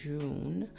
June